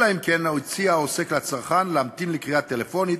אלא אם כן הציע העוסק לצרכן להמתין לקריאה טלפונית